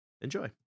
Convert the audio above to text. Enjoy